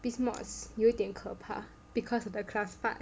biz mods 有点可怕 because of the class part